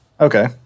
Okay